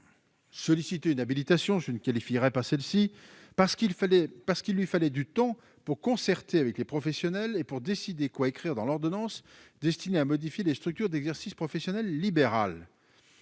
sollicité une habilitation je ne qualifierai pas celle-ci, parce qu'il fallait parce qu'il lui fallait du temps pour concerter avec les professionnels et pour décider quoi écrire dans l'ordonnance destinée à modifier les structures d'exercice professionnel libéral,